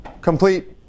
complete